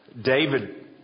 David